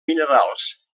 minerals